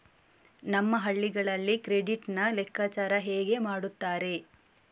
ನಮ್ಮ ಹಳ್ಳಿಗಳಲ್ಲಿ ಕ್ರೆಡಿಟ್ ನ ಲೆಕ್ಕಾಚಾರ ಹೇಗೆ ಮಾಡುತ್ತಾರೆ?